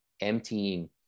emptying